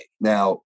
now